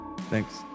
thanks